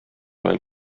veel